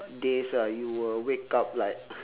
days ah you will wake up like